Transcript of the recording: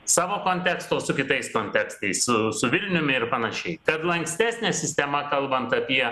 savo konteksto su kitais kontekstais su su vilniumi ir panašiai kad lankstesnė sistema kalbant apie